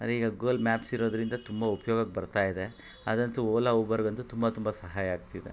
ಅದೇ ಈಗ Google maps ಇರೋದರಿಂದ ತುಂಬ ಉಪಯೋಗಕ್ ಬರ್ತಾಯಿದೆ ಅದಂತೂ ಓಲಾ ಊಬರ್ಗಂತು ತುಂಬ ತುಂಬ ಸಹಾಯ ಆಗ್ತಿದೆ